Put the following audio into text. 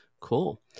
Cool